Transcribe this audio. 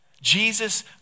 Jesus